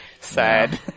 sad